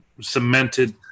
cemented